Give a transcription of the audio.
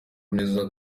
neza